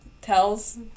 tells